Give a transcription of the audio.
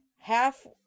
Half